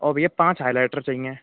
और भइया पाँच हाईलाइटर चाहिए